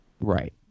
Right